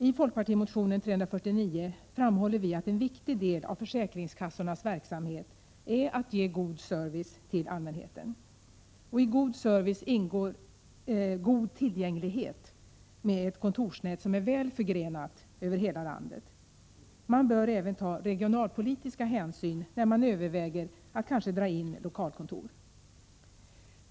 I folkpartimotionen Sf349 framhålles att en viktig del av försäkringskassornas verksamhet är att ge god service till allmänheten. I en god service ingår god tillgänglighet med ett kontorsnät som är väl förgrenat över hela landet. Man bör även ta regionalpolitiska hänsyn när man överväger att kanske dra in lokalkontor.